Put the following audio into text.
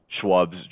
Schwab's